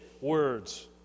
words